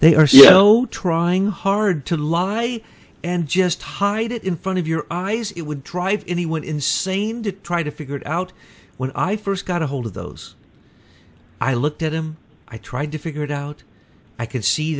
they are so trying hard to lie and just hide it in front of your eyes it would drive anyone insane to try to figure it out when i first got ahold of those i looked at him i tried to figure it out i c